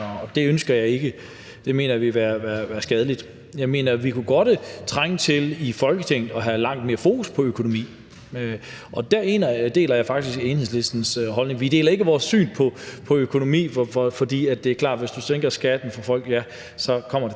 det ønsker jeg ikke. Det mener jeg ville være skadeligt. Jeg mener godt, at vi i Folketinget kunne trænge til at have langt mere fokus på økonomi, og der deler jeg faktisk Enhedslistens holdning. Vi deler ikke deres syn på økonomi, for det er klart, at hvis du sænker skatten for folk, kommer det